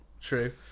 true